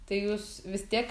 tai jūs vis tiek